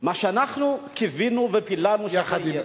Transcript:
מה שאנחנו קיווינו ופיללנו שלא יהיה,